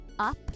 up